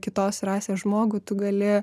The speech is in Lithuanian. kitos rasės žmogų tu gali